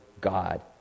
God